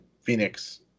Phoenix